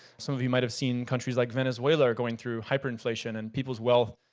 some of you might have seen countries like venezuela going through hyper inflation and people's wealth,